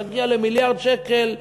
תגיע למיליארד שקל,